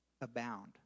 Abound